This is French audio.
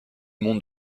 monde